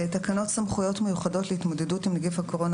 תקנות סמכויות מיוחדות להתמודדות עם נגיף הקורונה